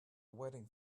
wedding